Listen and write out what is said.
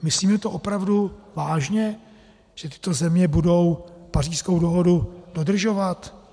Myslíme to opravdu vážně, že tyto země budou Pařížskou dohodu dodržovat?